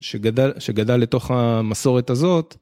שגדל לתוך המסורת הזאת.